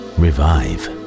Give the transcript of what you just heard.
revive